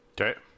Okay